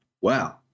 Wow